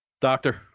Doctor